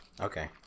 Okay